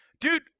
Dude